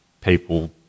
people-